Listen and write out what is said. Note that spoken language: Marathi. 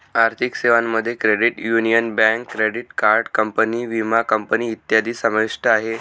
आर्थिक सेवांमध्ये credit union, bank, credit card company, विमा कंपनी इत्यादी समाविष्ट आहे